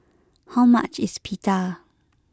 how much is Pita